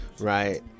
Right